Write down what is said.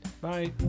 Bye